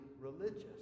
religious